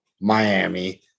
miami